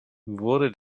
wurde